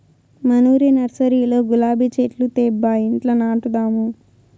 మనూరి నర్సరీలో గులాబీ చెట్లు తేబ్బా ఇంట్ల నాటదాము